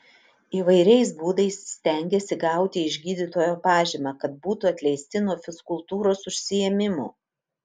įvairiais būdais stengiasi gauti iš gydytojo pažymą kad būtų atleisti nuo fizkultūros užsiėmimų